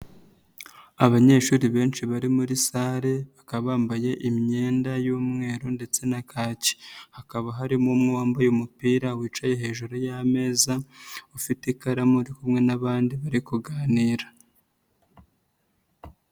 Abanyeshuri benshi bari muri sare, bakaba bambaye imyenda y'umweru ndetse na kake, hakaba harimo n'uwambaye umupira, wicaye hejuru y'ameza, ufite ikaramu uri kumwe n'abandi bari kuganira.